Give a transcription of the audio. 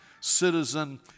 citizen